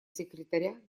секретаря